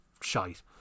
shite